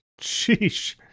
sheesh